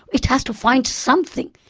it has to find something,